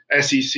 SEC